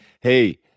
Hey